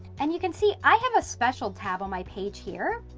and you can see i have a special tab on my page here,